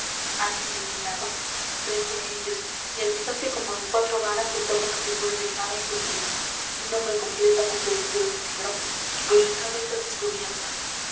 alguien les miraba frente a ellos y a distancia como de cuatro varas estaba una figura delgada y sombría un hombre completamente vestido de negro con la cabeza descubierta